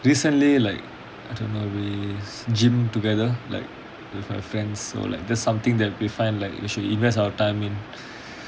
recently like I don't know we gym together like with my friends so like that's something that we find like we should invest our time in